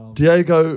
Diego